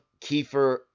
Kiefer